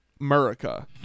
America